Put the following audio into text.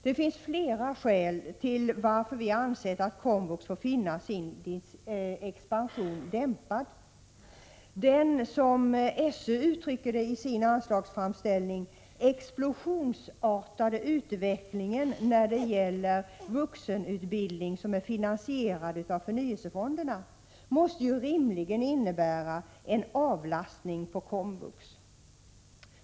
Det finns flera skäl till att vi har ansett att komvux får finna sig i att se sin expansion dämpad. Den, som SÖ i sin anslagsframställan uttrycker det, explosionsartade utvecklingen när det gäller vuxenutbildning som är finansierad av förnyelsefonderna måste rimligen innebära en avlastning av komvux.